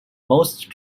most